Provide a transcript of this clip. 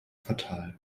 fatal